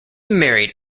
married